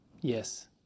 Yes